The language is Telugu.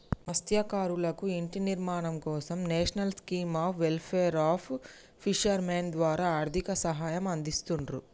మత్స్యకారులకు ఇంటి నిర్మాణం కోసం national scheme of welfare of fishermen ద్వారా ఆర్థిక సహాయం అందిస్తున్రు